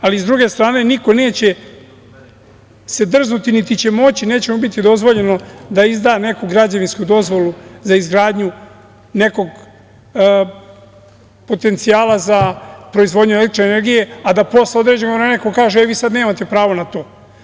Sa druge strane, niko neće se drznuti, niti će moći, neće mu biti dozvoljeno, da izda neku građevinsku dozvolu za izgradnju nekog potencijala za proizvodnju električne energije, a da posle određenog vremena neko kaže – e, vi sada nemate pravo na to.